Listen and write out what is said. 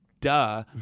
duh